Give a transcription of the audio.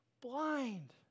blind